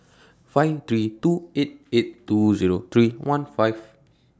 five three two eight eight two Zero three one five